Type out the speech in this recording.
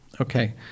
Okay